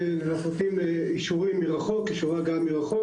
אנחנו נותנים אישורי הגעה מרחוק.